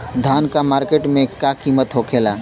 धान क मार्केट में का कीमत होखेला?